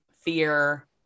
fear